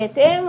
בהתאם,